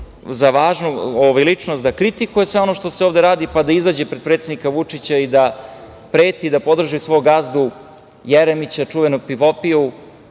za važnu ličnost da kritikuje sve ono što se ovde radi, pa da izađe pred predsednika Vučića i da preti i da podrži svog gazdu Jeremića, čuvenog pivopiju,